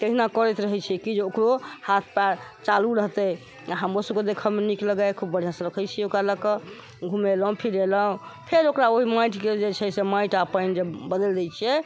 तहिना करैत रहै छियै की जे ओकरो हाथ पयर चालू रहतै आओर हमरो सबके देखैमे नीक लगैए खूब बढ़िआँसँ रखै छियै ओकरा लए कऽ घुमेलहुँ फिरेलहुँ फेर ओकरा ओहि माटिके जे छै से माटि पानि जे बदलि दै छियै